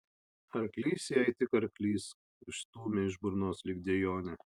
arklys jai tik arklys išstūmė iš burnos lyg dejonę